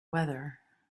weather